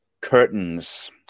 curtains